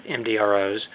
MDROs